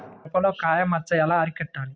మిరపలో కాయ మచ్చ ఎలా అరికట్టాలి?